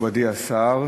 מכובדי השר,